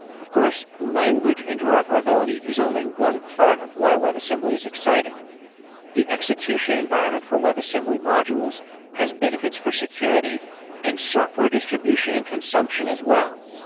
of course, language interoperability is only one part of why webassembly is exciting the execution environment for webassembly modules has benefits for security and software distribution and consumption as well.